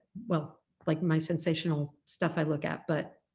well like my sensational stuff i look at, but.